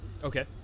Okay